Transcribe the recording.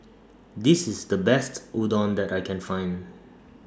This IS The Best Udon that I Can Find